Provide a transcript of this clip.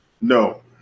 No